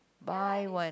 buy one